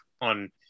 on